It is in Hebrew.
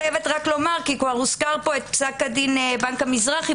כבר הוזכר פה פסק דין בנק המזרחי,